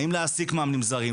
האם להעסיק מאמנים זרים,